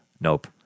nope